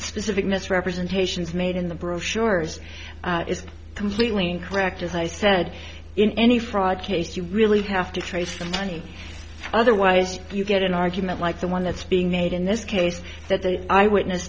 specific misrepresentations made in the brochures is completely incorrect as i said in any fraud case you really have to trace the money otherwise you get an argument like the one that's being made in this case that the eyewitness